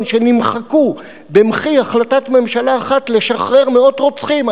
שנמחקו במחי החלטת ממשלה אחת לשחרר מאות רוצחים.